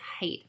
height